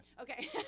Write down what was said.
Okay